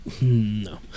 no